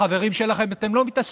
בחברים שלכם אתם לא מתעסקים.